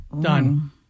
Done